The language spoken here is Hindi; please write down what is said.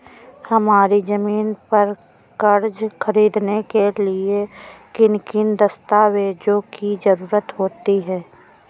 हमारी ज़मीन पर कर्ज ख़रीदने के लिए किन किन दस्तावेजों की जरूरत होती है?